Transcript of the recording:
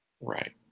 Right